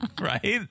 Right